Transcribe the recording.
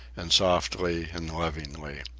and softly and lovingly.